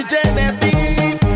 Jennifer